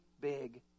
big